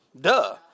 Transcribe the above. Duh